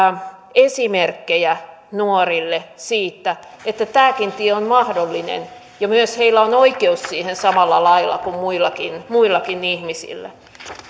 esimerkkejä nuorille siitä että tämäkin tie on mahdollinen ja että myös heillä on oikeus siihen samalla lailla kuin muillakin muillakin ihmisillä